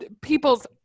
people's